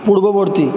পূর্ববর্তী